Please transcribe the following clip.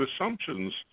assumptions